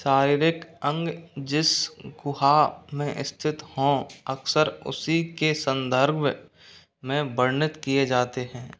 शारीरिक अंग जिस गुहा में स्थित हों अक्सर उसी के संदर्भ में वर्णित किए जाते हैं